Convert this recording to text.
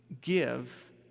give